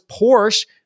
Porsche